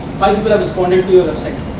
five people have responded to your website